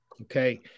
Okay